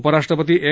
उपराष्ट्रपती एम